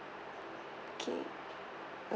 okay